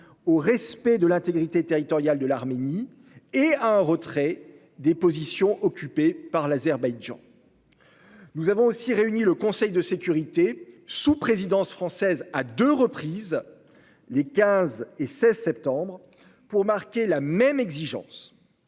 au respect de l'intégrité territoriale de l'Arménie et à un retrait des positions occupées par l'Azerbaïdjan. Nous avons aussi réuni le Conseil de sécurité sous présidence française à deux reprises, les 15 et 16 septembre, pour marquer la même exigence.